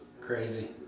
Crazy